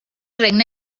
regne